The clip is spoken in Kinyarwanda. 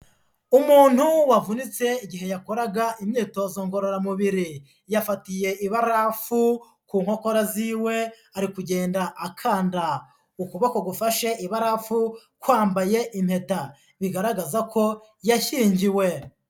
Umuntu wavunitse igihe yakoraga imyitozo ngororamubiri, yafatiye ibarafu ku nkokora ziwe, ari kugenda akanda ukuboko gufashe ibarafu, kwambaye impeta bigaragaza ko yashyingiwe.